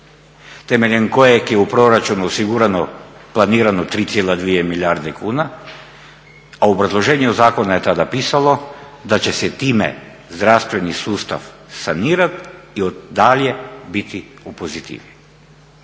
temeljem kojeg je u proračunu osigurano, planirano 3,2 milijarde kuna, a u obrazloženju zakona je tada pisalo da će se time zdravstveni sustav sanirati i dalje biti u pozitivi.